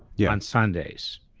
yeah on sundays